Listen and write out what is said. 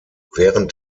während